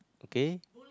okay